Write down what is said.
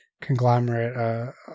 conglomerate